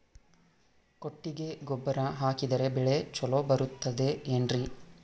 ಕೊಟ್ಟಿಗೆ ಗೊಬ್ಬರ ಹಾಕಿದರೆ ಬೆಳೆ ಚೊಲೊ ಬರುತ್ತದೆ ಏನ್ರಿ?